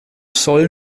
soll